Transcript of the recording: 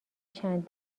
چند